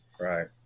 right